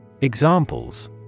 Examples